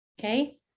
Okay